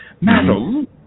Madam